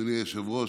אדוני היושב-ראש,